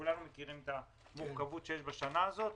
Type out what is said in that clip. כולנו מכירים את המורכבות שיש בשנה הזאת.